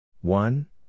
One